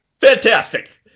fantastic